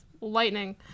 lightning